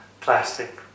plastic